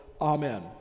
Amen